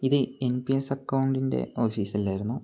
ഇത് N P S അക്കൗണ്ടിൻ്റെ office അല്ലായിരുന്നോ